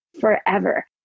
forever